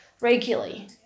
regularly